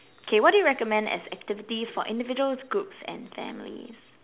K what do you recommend as activities for individuals groups and families